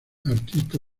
artista